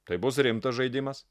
tai bus rimtas žaidimas